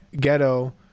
ghetto